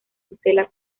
tutela